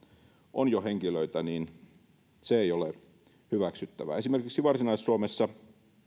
on jo henkilöitä niin se ei ole hyväksyttävää esimerkiksi varsinais suomessa